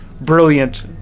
brilliant